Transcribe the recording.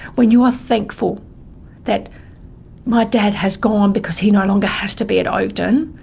when you are thankful that my dad has gone because he no longer has to be at oakden,